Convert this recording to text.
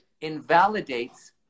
invalidates